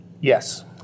Yes